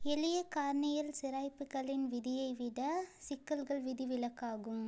எளிய கார்னியல் சிராய்ப்புகளின் விதியை விட சிக்கல்கள் விதிவிலக்காகும்